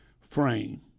frame